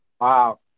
Wow